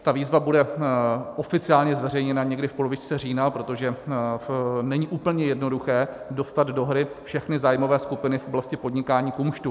Ta výzva bude oficiálně zveřejněna někde v polovičce října, protože není úplně jednoduché dostat do hry všechny zájmové skupiny v oblasti podnikání v kumštu.